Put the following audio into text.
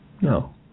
No